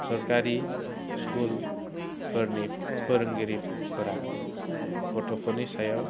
सरकारि स्कुलफोरनि फोरोंगिरिफोरा गथ'फोरनि सायाव